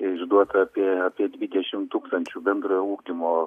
išduota apie apie dvidešimt tūkstančių bendrojo ugdymo